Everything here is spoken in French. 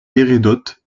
hérodote